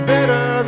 Better